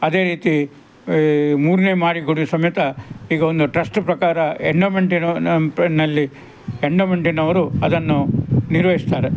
ಅದೇ ರೀತಿ ಈ ಮೂರನೆ ಮಾರಿಗುಡಿ ಸಮೇತ ಈಗ ಒಂದು ಟ್ರಸ್ಟ್ ಪ್ರಕಾರ ಎಂಡೊಮೆಂಟಿ ನಲ್ಲಿ ಎಂಡೊಮೆಂಟಿನವರು ಅದನ್ನು ನಿರ್ವಹಿಸ್ತಾರೆ